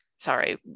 Sorry